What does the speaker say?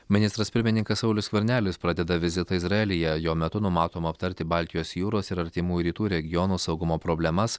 ministras pirmininkas saulius skvernelis pradeda vizitą izraelyje jo metu numatoma aptarti baltijos jūros ir artimųjų rytų regionų saugumo problemas